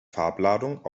farbladung